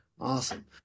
Awesome